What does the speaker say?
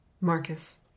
Marcus